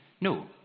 no